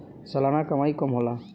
सलाना कमाई कम होला